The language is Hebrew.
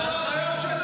בעיה,